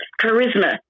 charisma